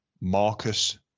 Marcus